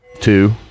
two